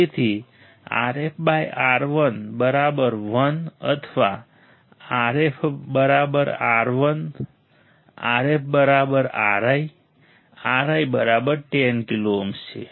તેથી RfRI 1 અથવા RfRI Rf Ri Ri 10 kilo ohm છે